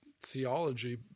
theology